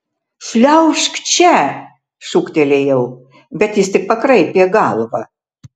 šliaužk čia šūktelėjau bet jis tik pakraipė galvą